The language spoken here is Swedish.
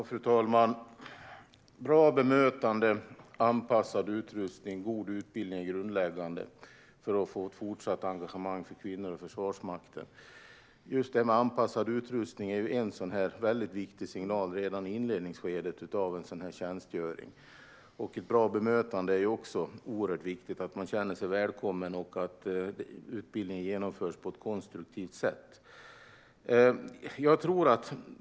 Fru talman! Bra bemötande, anpassad utrustning och god utbildning är grundläggande för att kvinnor ska ha ett fortsatt engagemang i Försvarsmakten. Just anpassad utrustning är en viktig signal redan i inledningsskedet av en tjänstgöring. Ett bra bemötande är också oerhört viktigt. Man ska känna sig välkommen. Och utbildningen ska genomföras på ett konstruktivt sätt.